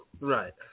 Right